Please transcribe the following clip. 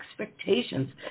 expectations